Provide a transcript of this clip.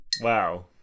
Wow